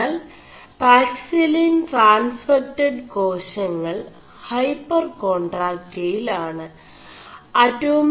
അതിനാൽ പാക്സിലിൻ 4ടാൻസ്െഫക്ഡ് േകാശÆൾ ൈഹçർ േകാൺ4ടാക്ൈടൽ ആണ്